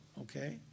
okay